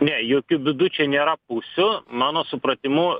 ne jokiu būdu čia nėra pusių mano supratimu